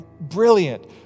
brilliant